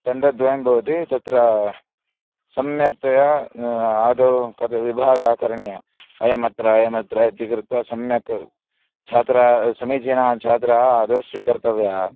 तण्डद्वयं भवतः तत्र सम्यक्तया आदौ कद् विभागः करणीयः अयमत्र अयमत्र इति कृत्वा सम्यक् छात्राः समीचीनाः छात्राः आदौ स्वीकर्तव्याः